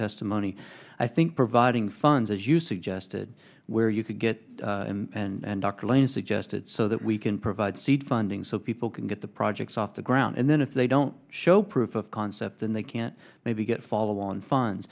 testimony i think providing funds as you suggested where you could get and dr lane suggested so that we can provide seed funding so people can get the projects off the ground and then if they don't show proof of concept then they can maybe get follow on funds